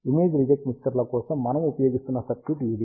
image reject మిక్సర్ల కోసం మనము ఉపయోగిస్తున్న సర్క్యూట్ ఇది